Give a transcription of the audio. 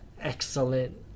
excellent